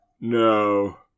No